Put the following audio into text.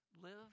Live